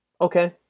Okay